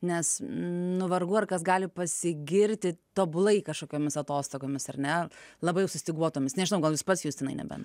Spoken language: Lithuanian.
nes nu vargu ar kas gali pasigirti tobulai kažkokiomis atostogomis ar ne labai jau sustyguotomis nežinau gal jūs pats justinai nebent